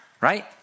right